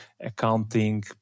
accounting